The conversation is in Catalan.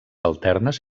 alternes